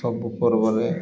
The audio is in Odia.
ସବୁ ପର୍ବରେ